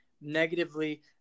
negatively